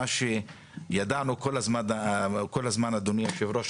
מה שידענו כל הזמן אדוני יושב הראש,